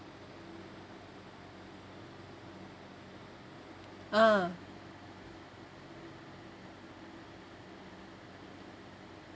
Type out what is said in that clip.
ah